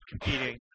competing